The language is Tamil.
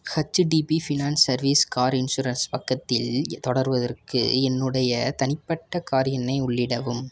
HDB finance service car insurance பக்கத்தில் தொடர்வதற்கு என்னுடைய தனிப்பட்ட கார் எண்ணை உள்ளிடவும்